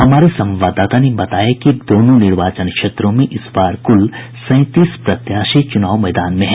हमारे संवाददाता ने बताया कि दोनों निर्वाचन क्षेत्रों में इस बार कुल सैंतीस प्रत्याशी चुनावी मैदान में हैं